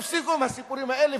תפסיקו עם הסיפורים האלה,